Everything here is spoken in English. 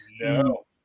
No